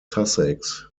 sussex